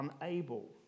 unable